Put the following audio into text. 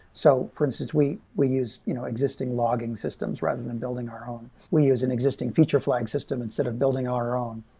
so for instance, we we use you know existing logging systems rather than building our home. we use an existing feature flag system instead of building our own,